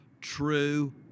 true